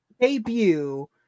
debut